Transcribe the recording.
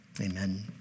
amen